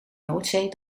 noordzee